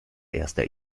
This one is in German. erster